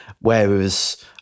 whereas